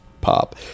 pop